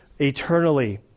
eternally